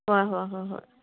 ꯍꯣꯏ ꯍꯣꯏ ꯍꯣꯏ ꯍꯣꯏ